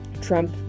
Trump